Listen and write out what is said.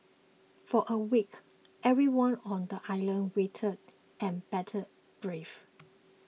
for a week everyone on the island waited an bated breath